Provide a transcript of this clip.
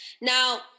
Now